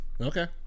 okay